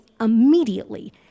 immediately